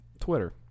Twitter